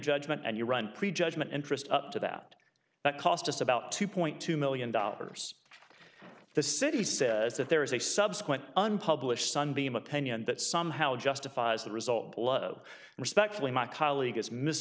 judgement and you run pre judgment interest up to that that cost us about two point two million dollars the city says that there is a subsequent unpublished sunbeam opinion that somehow justifies the result and respectfully my colleague is